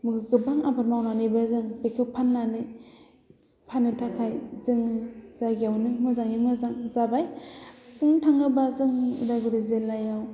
गोबां आबाद मावनानैबो जों बेखौ फाननानै फाननो थाखाय जोंनि जायगायावनो मोजाङै मोजां जाबाय बुंनो थाङोबा जोंनि उदालगुरी जिल्लायाव